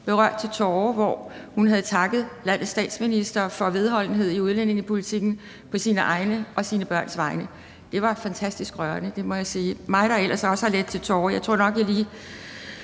en kleenex, og hvor hun takkede landets statsminister for vedholdenhed i udlændingepolitikken på sine egne og sine børns vegne. Det var fantastisk rørende; det må jeg sige. Jeg, der ellers også har let til tårer, tror nok, at jeg lige